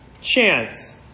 chance